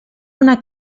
una